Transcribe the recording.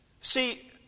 See